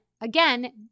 Again